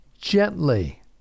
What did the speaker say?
gently